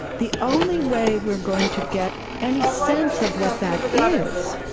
the only way we're going to get any sense of what that is,